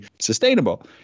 sustainable